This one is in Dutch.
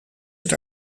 het